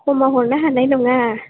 खमाव हरनो हानाय नङा